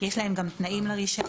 יש להם גם תנאים לרישיון,